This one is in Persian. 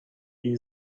این